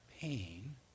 pain